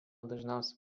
dažniausiai